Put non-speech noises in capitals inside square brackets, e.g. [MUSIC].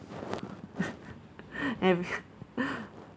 [LAUGHS] every